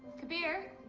kabir,